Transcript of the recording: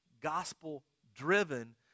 Gospel-driven